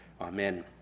Amen